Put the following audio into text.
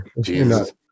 Jesus